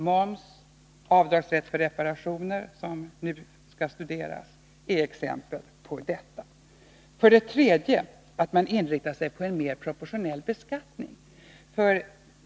Moms, avdragsrätt för reparationer, som nu skall studeras, är exempel på detta. För det tredje måste man inrikta sig på en mer proportionell beskattning.